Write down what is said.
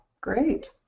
great